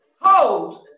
Hold